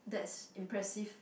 that's impressive